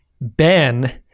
Ben